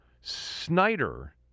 Snyder